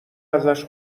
ازش